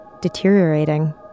deteriorating